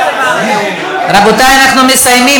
רבותי, אנחנו מסיימים.